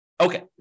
Okay